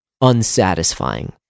unsatisfying